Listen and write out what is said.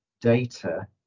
data